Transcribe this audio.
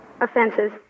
offenses